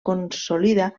consolida